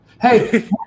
Hey